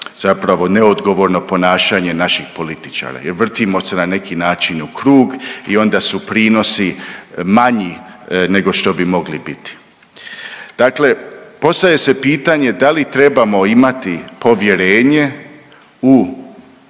zapravo neodgovorno ponašanje naših političara jer vrtimo se na neki način u krug i onda su prinosi manji nego što bi mogli biti. Dakle, postavlja se pitanje da li trebamo imati povjerenje u